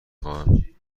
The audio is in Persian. خواهم